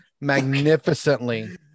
magnificently